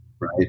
right